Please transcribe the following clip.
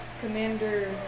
Commander